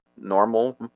normal